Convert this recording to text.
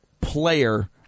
player